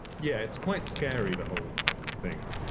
yeah, it's quite scary, the whole thing.